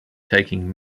taking